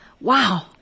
wow